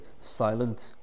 silent